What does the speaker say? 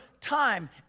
time